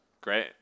great